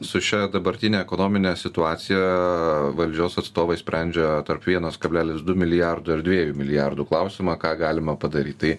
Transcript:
su šia dabartine ekonomine situacija valdžios atstovai sprendžia tarp vienas kablelis du milijardo ir dviejų milijardų klausimą ką galima padaryt tai